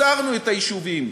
הסרנו את היישובים,